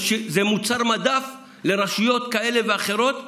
זה מוצר מדף לרשויות כאלה ואחרות,